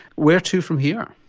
where to from here?